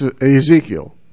Ezekiel